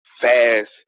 fast